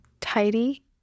Tidy